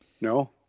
No